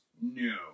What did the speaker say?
No